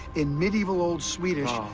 in medieval old swedish,